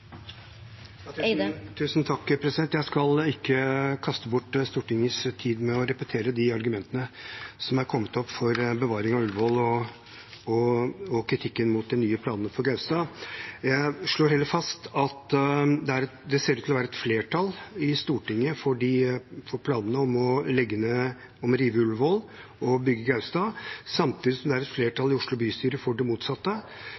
Jeg skal ikke kaste bort Stortingets tid med å repetere de argumentene som er kommet opp for bevaring av Ullevål og kritikken mot de nye planene for Gaustad. Jeg slår heller fast at det ser ut til å være et flertall i Stortinget for planene om å legge ned – rive – Ullevål og bygge på Gaustad, samtidig som det er et flertall i Oslo bystyre for det motsatte.